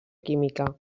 química